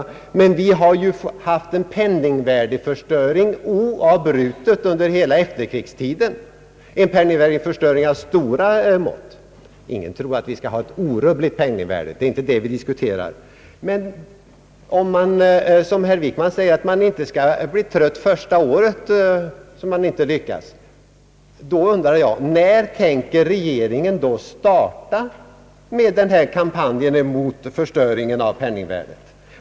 Emellertid har vi ju haft en oavbruten penningvärdeförstöring under hela efterkrigstiden, en penningvärdeförstöring av stora mått. Ingen tror att vi skulle kunna ha orubbligt penningvärde, och det är inte detta vi diskuterar, men om man, som herr Wickman säger, inte skall bli trött första året, så undrar jag: När tänker regeringen starta kampanjen mot förstöringen av penningvärdet?